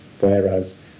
whereas